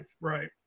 Right